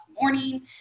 morning